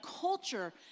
culture